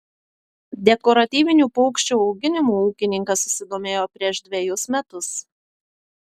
dekoratyvinių paukščių auginimu ūkininkas susidomėjo prieš dvejus metus